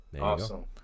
Awesome